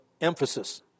emphasis